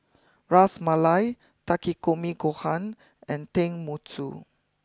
Ras Malai Takikomi Gohan and Tenmusu